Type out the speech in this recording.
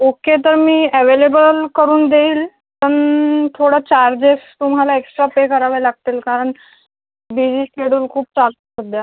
okay तर मी available करून देईन पण थोडं चार्जेस तुम्हाला एक्स्ट्रा पे करावे लागतील कारण बिझी शेड्यूल खूप चालू सध्या